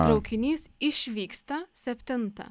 traukinys išvyksta septintą